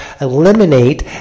eliminate